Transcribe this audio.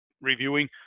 reviewing